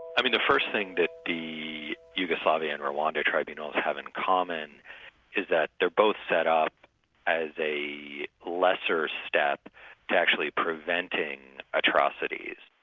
i mean the first thing that the yugoslavia and rwanda tribunals have in common is that they're both set up as a lesser step to actually preventing atrocities,